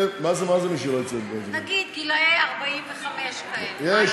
נגיד גילאי 45 כאלה.